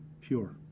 pure